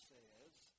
says